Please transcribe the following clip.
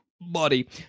body